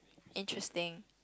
interesting